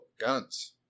guns